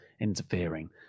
interfering